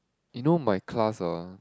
you know my class hor